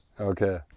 Okay